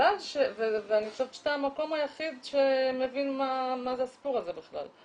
ואני חושבת שאתה המקום היחיד שמבין מה זה הסיפור הזה בכלל.